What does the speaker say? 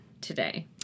today